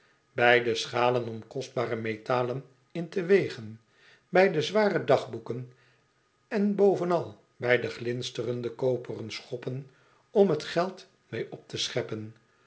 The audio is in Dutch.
bij de schalen om kostbare metalen in te wegen bij de zware dagboeken en bovenal bij de glinsterende koperen schoppen om t geld mee op te scheppen